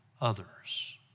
others